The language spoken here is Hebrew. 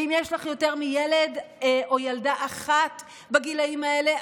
ואם יש לך יותר מילד או ילדה אחת בגילים האלה,